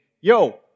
Yo